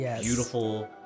beautiful